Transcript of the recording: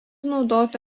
naudoti